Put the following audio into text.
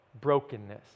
brokenness